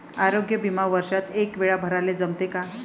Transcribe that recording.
आरोग्य बिमा वर्षात एकवेळा भराले जमते का?